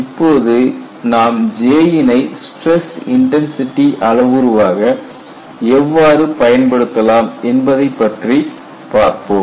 இப்போது நாம் J யினை ஸ்டிரஸ் இன்டன்சிடி அளவுருவாக எவ்வாறு பயன்படுத்தலாம் என்பதைப் பற்றி பார்ப்போம்